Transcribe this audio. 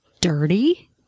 dirty